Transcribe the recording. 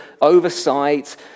oversight